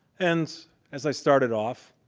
and as i started off,